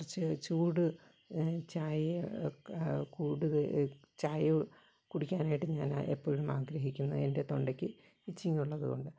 കുറച്ച് ചൂട് ഞാൻ ചായ കൂടുതൽ ചായ കുടിക്കാനായിട്ട് ഞാൻ എപ്പഴും ആഗ്രഹിക്കുന്ന എൻ്റെ തൊണ്ടയ്ക്ക് ഇച്ചിങ് ഉള്ളത് കൊണ്ട് അപ്പം ഞാൻ